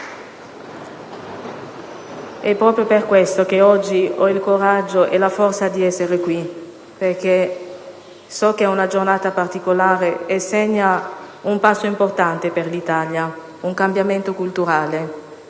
È proprio per questo che oggi ho il coraggio e la forza di essere qui, perché so che è una giornata particolare e segna un passo importante per l'Italia, un cambiamento culturale.